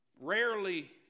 rarely